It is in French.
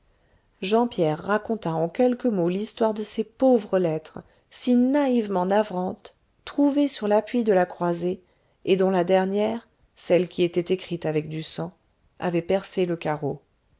jean pierre raconta en quelques mots l'histoire de ces pauvres lettres si naïvement navrantes trouvées sur l'appui de la croisée et dont la dernière celle qui était écrite avec du sang avait percé le carreau